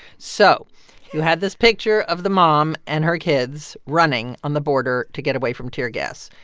so you have this picture of the mom and her kids running on the border to get away from tear gas.